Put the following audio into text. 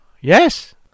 Yes